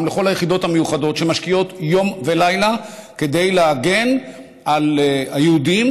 גם לכל היחידות המיוחדות שמשקיעות יום ולילה כדי להגן על היהודים,